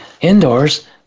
indoors